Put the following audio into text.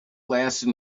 lasted